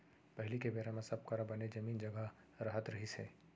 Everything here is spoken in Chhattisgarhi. पहिली के बेरा म सब करा बने जमीन जघा रहत रहिस हे